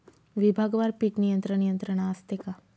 विभागवार पीक नियंत्रण यंत्रणा असते का?